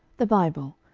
the bible,